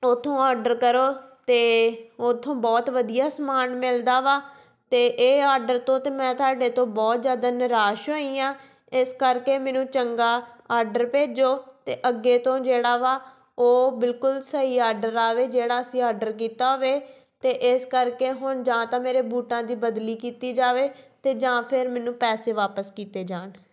ਉੱਥੋਂ ਆਡਰ ਕਰੋ ਅਤੇ ਉੱਥੋਂ ਬਹੁਤ ਵਧੀਆ ਸਮਾਨ ਮਿਲਦਾ ਵਾ ਅਤੇ ਇਹ ਆਡਰ ਤੋਂ ਤਾਂ ਮੈਂ ਤੁਹਾਡੇ ਤੋਂ ਬਹੁਤ ਜ਼ਿਆਦਾ ਨਿਰਾਸ਼ ਹੋਈ ਹਾਂ ਇਸ ਕਰਕੇ ਮੈਨੂੰ ਚੰਗਾ ਆਡਰ ਭੇਜੋ ਅਤੇ ਅੱਗੇ ਤੋਂ ਜਿਹੜਾ ਵਾ ਉਹ ਬਿਲਕੁਲ ਸਹੀ ਆਡਰ ਆਵੇ ਜਿਹੜਾ ਅਸੀਂ ਆਡਰ ਕੀਤਾ ਹੋਵੇ ਅਤੇ ਇਸ ਕਰਕੇ ਹੁਣ ਜਾਂ ਤਾਂ ਮੇਰੇ ਬੂਟਾਂ ਦੀ ਬਦਲੀ ਕੀਤੀ ਜਾਵੇ ਅਤੇ ਜਾਂ ਫਿਰ ਮੈਨੂੰ ਪੈਸੇ ਵਾਪਸ ਕੀਤੇ ਜਾਣ